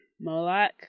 Moloch